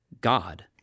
God